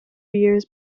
years